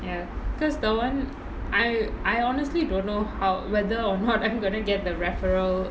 ya because the [one] I I honestly don't know how whether or not I'm gonna get the referral